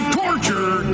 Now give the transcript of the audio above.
torture